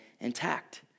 intact